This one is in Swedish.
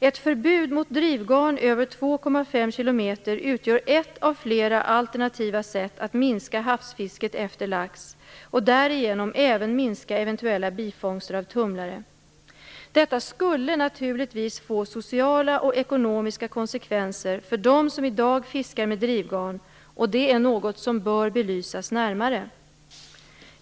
Ett förbud mot drivgarn över 2,5 km utgör ett av flera alternativa sätt att minska havsfisket efter lax och därigenom även minska eventuella bifångster av tumlare. Detta skulle naturligtvis få sociala och ekonomiska konsekvenser för dem som i dag fiskar med drivgarn, och det är något som bör belysas närmare.